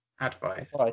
Advice